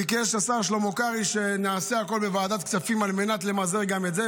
השר שלמה קרעי ביקש שנעשה בוועדת הכספים הכול על מנת למזער גם את זה.